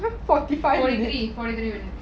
forty three forty three minutes